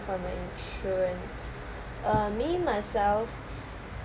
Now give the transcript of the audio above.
from your insurance uh me myself